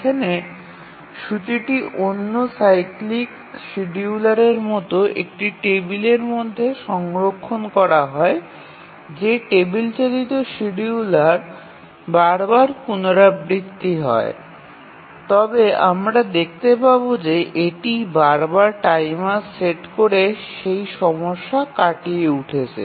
এখানে সূচিটি অন্য সাইক্লিক শিডিয়ুলারের মতো একটি টেবিলের মধ্যে সংরক্ষণ করা হয় যে টেবিল চালিত শিডিয়ুলার বারবার পুনরাবৃত্তি হয় তবে আমরা দেখতে পাব যে এটি বার বার টাইমার সেট করে সেই সমস্যা কাটিয়ে উঠেছে